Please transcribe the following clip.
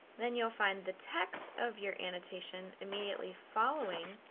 then you'll find the text of your annotation immediately following